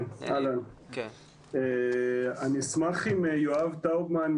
אני אשמח אם יואב טאובמן,